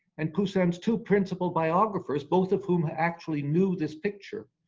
and poussin's two principal biographers, both of whom actually knew this picture,